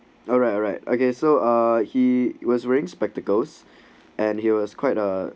alright alright okay so uh he was wearing spectacles and he was quite ah